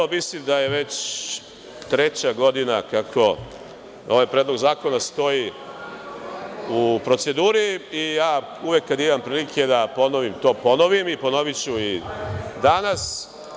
Mislim da je već treća godina kako ovaj predlog zakona stoji u proceduri i uvek kada imam prilike da ponovim ja to i ponovim, ponoviću i danas.